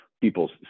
people's